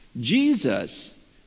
Jesus